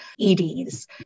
EDs